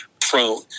prone